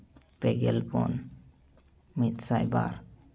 ᱯᱮ ᱜᱮᱞ ᱯᱩᱱ ᱢᱤᱫ ᱥᱟᱭ ᱵᱟᱨ